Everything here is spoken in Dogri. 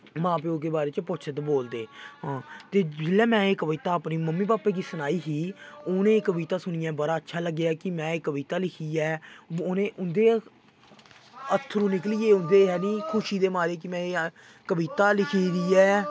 मां प्यो दे बारे च पुट्ठ सिद्ध बोलदे जेल्लै एह् कविता अपने मम्मी पापे गी सनाई ही उ'नें गी कविता सुनियै बड़ा अच्छा लग्गेआ कि मैं एह् कविता लिखी ऐ उ'नें उं'दे अत्थरूं निकलियै उं'दे जानी खुशी दे मारे कि मैं एह् कविता लिखी दी ऐ